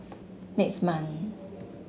next month